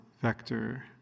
vector